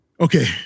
okay